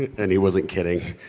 and he wasn't kidding!